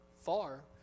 far